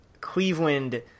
Cleveland